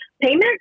payment